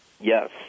Yes